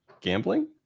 gambling